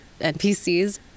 NPCs